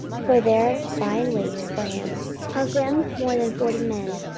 for there lie in wait for him of them more than forty men,